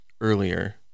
earlier